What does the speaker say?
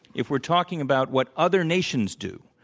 if we're talking about what other nations do,